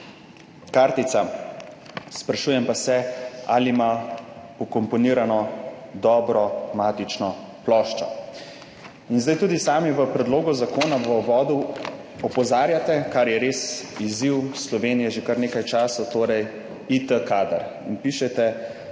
kartica, sprašujem pa se, ali ima vkomponirano dobro matično ploščo. In zdaj tudi sami vpredlogu zakona v uvodu opozarjate, kar je res izziv Slovenije že kar nekaj časa, torej IT kader in pišete,